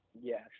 yes